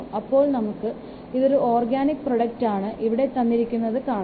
അപ്പോൾ നമുക്ക് ഇതൊരു ഓർഗാനിക് പ്രോഡക്റ്റ് ആണ് ഇവിടെ തന്നിരിക്കുന്നത് കാണാം